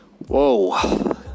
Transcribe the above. Whoa